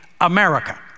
America